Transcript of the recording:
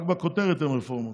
רק בכותרת הן רפורמות.